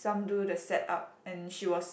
some do the setup and she was